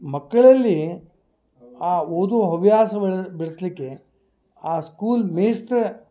ಮಕ್ಕಳಲ್ಲಿ ಆ ಓದುವ ಹವ್ಯಾಸ ಬೆಳ್ ಬೆಳೆಸಲಿಕ್ಕೆ ಆ ಸ್ಕೂಲ್ ಮೇಷ್ಟ್ರೆ